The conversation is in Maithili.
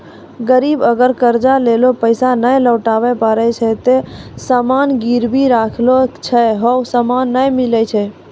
गिरब अगर कर्जा लेलो पैसा नै लौटाबै पारै छै ते जे सामान गिरबी राखलो छै हौ सामन नै मिलै छै